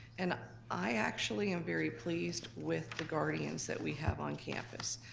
and i actually am very pleased with the guardians that we have on campus.